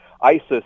isis